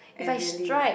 and really